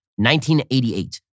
1988